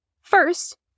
First